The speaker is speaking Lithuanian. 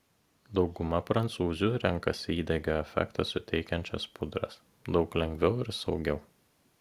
dauguma prancūzių renkasi įdegio efektą suteikiančias pudras daug lengviau ir saugiau